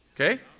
Okay